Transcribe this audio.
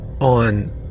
on